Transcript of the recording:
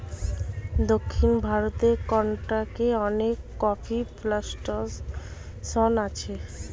দক্ষিণ ভারতের কর্ণাটকে অনেক কফি প্ল্যান্টেশন আছে